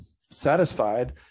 satisfied